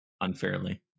Unfairly